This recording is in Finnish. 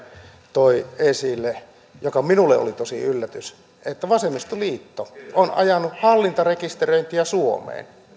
toi esille ja mikä minulle oli tosi yllätys vasemmistoliitto on ajanut hallintarekisteröintiä suomeen